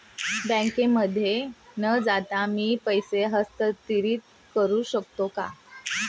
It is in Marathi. बँकेमध्ये न जाता मी पैसे हस्तांतरित करू शकतो का?